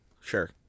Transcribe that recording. sure